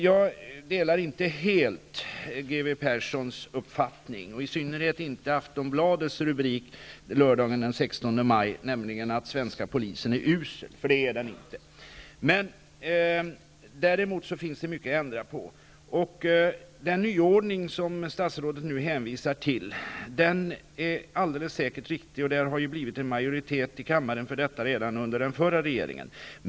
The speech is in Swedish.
Jag delar inte helt Leif G. W. Perssons uppfattning och i synnerhet inte Aftonbladets rubrik lördagen den 16 maj där det påstods att den svenska polisen är usel. Det är den inte. Däremot finns det mycket som kan ändras. Den nyordning som statsrådet hänvisar till är alldeles säkert riktig. Det blev en majoritet i kammaren för detta redan under den tidigare regeringen.